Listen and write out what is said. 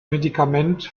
medikament